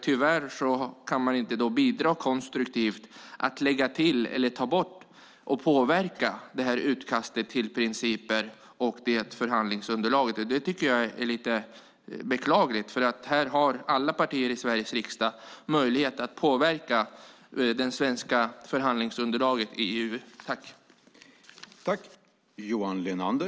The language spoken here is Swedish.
Tyvärr kan man då inte bidra konstruktivt till att lägga till, ta bort eller påverka utkastet till principer och förhandlingsunderlaget. Det tycker jag är beklagligt, för här har alla partier i Sveriges riksdag möjlighet att påverka det svenska förhandlingsunderlaget inom EU.